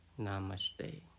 Namaste